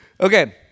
Okay